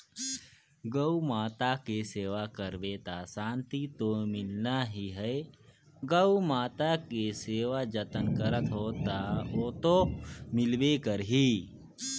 गउ माता के सेवा करबे त सांति तो मिलना ही है, गउ माता के सेवा जतन करत हो त ओतो मिलबे करही